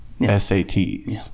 SATs